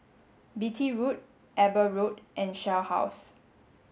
Beatty Road Eber Road and Shell House